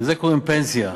ולזה קוראים פנסיה.